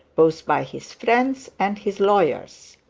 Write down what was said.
both by his friends and his lawyers.